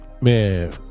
man